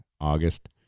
August